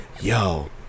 yo